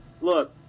Look